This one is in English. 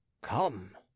Come